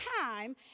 time